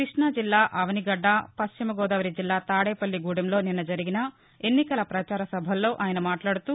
కృష్ణాజిల్లా అవనిగద్డ పశ్చిమ గోదావరి జిల్లా తాడేపల్లిగూడెంలో నిన్న జరిగిన ఎన్నికల పచార సభలో ఆయన మాట్లాడుతూ